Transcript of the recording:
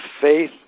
faith